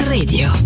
Radio